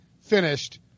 finished